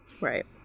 right